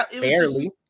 Barely